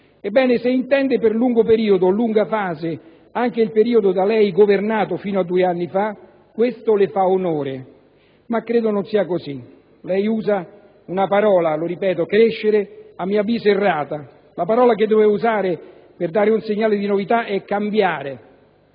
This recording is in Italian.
Ebbene, se intende per lungo periodo, per lunga fase, anche il periodo da lei governato fino a due anni fa, questo le fa onore. Ma credo non sia così. A mio avviso, lei usa una parola - lo ripeto - "crescere", errata. La parola che doveva usare per dare un segnale di novità è cambiare.